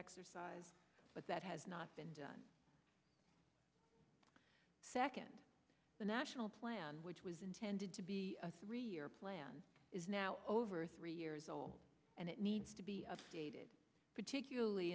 exercise but that has not been done second the national plan which was intended to be a three year plan is now over three years old and it needs to be updated particularly